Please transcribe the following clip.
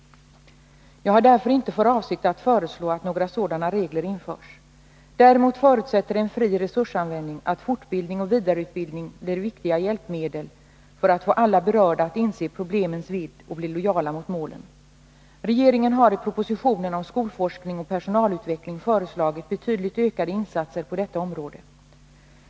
Jag har därför inte för avsikt att föreslå att några sådana regler införs. Däremot förutsätter en fri resursanvändning att fortbildning och vidareutbildning blir viktiga hjälpmedel när det gäller att få alla berörda att inse problemens vidd och bli lojala i fråga om målen. Regeringen har i propositionen om skolforskning och personalutveckling föreslagit betydligt ökade insatser på detta område.